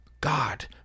God